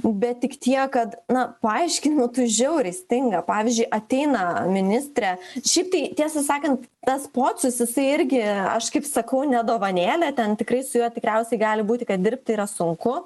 bet tik tiek kad na paaiškinimų tų žiauriai stinga pavyzdžiui ateina ministrė šiaip tai tiesą sakant tas pocius jisai irgi aš kaip sakau ne dovanėlė ten tikrai su juo tikriausiai gali būti kad dirbti yra sunku